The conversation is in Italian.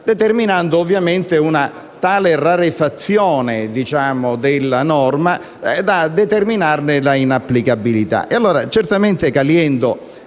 determinando ovviamente una tale rarefazione della norma da procurarne la inapplicabilità.